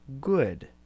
good